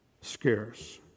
scarce